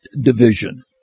Division